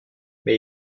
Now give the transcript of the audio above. mais